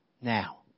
Now